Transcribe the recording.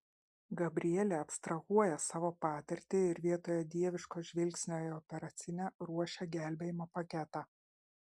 gabrielė abstrahuoja savo patirtį ir vietoje dieviško žvilgsnio į operacinę ruošia gelbėjimo paketą